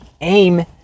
aim